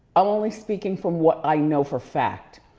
i'm only speaking from what i know for fact.